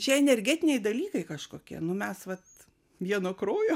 čia energetiniai dalykai kažkokie nu mes vat vieno kraujo